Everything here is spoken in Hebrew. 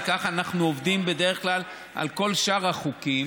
וכך אנחנו עובדים בדרך כלל על כל שאר החוקים.